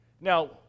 Now